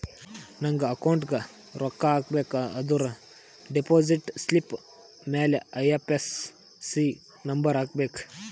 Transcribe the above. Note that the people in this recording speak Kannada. ನಂಗ್ ಅಕೌಂಟ್ಗ್ ರೊಕ್ಕಾ ಹಾಕಬೇಕ ಅಂದುರ್ ಡೆಪೋಸಿಟ್ ಸ್ಲಿಪ್ ಮ್ಯಾಲ ಐ.ಎಫ್.ಎಸ್.ಸಿ ನಂಬರ್ ಹಾಕಬೇಕ